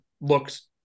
looks